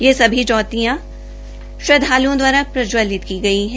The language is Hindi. ये सभी ज्योतियां श्रद्धालुओं द्वारा प्रज्जवलित की गई हैं